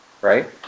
Right